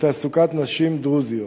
בתעסוקת נשים דרוזיות,